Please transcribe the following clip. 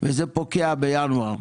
זה פוקע בינואר.